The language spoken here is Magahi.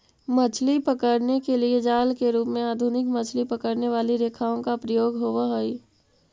मछली पकड़ने के लिए जाल के रूप में आधुनिक मछली पकड़ने वाली रेखाओं का प्रयोग होवअ हई